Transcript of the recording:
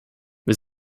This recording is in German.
wir